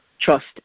trust